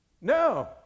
No